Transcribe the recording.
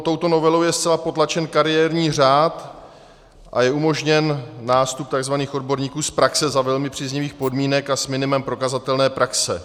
Touto novelou je zcela potlačen kariérní řád a je umožněn nástup tzv. odborníků z praxe za velmi příznivých podmínek a s minimem prokazatelné praxe.